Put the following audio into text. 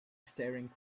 staring